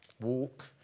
walk